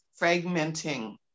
fragmenting